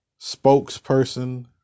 spokesperson